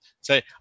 say